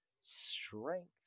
strength